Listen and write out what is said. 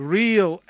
real